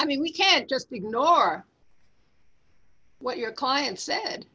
i mean you can't just ignore what your client said